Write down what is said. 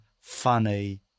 funny